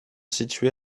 situés